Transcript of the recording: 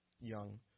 young